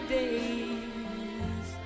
days